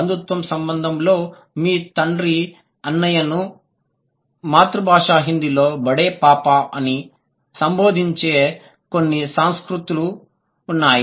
బంధుత్వ సంబంధంలో మీ తండ్రి అన్నయ్యను మాతృ భాష హిందీలో బడే పాపా అని సంబోధించే కొన్ని సంస్కృతులు ఉన్నాయి